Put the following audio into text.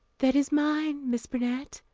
that is mine, miss burnett,